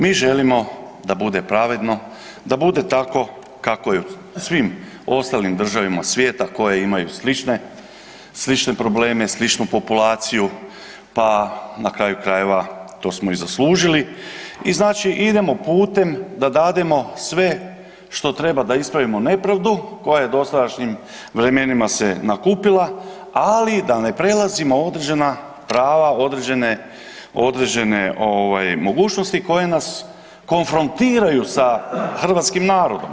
Mi želimo da bude pravedno, da bude tako kako je u svim ostalim državama svijeta koje imaju slične probleme, sličnu populaciju pa na kraju krajeva to smo i zaslužili i znači idemo putem da dademo sve što treba da ispravimo nepravdu koja se u dosadašnjim vremenima nakupila, ali da ne prelazimo određena prava, određene mogućnosti koje nas konfrontiraju sa hrvatskim narodom.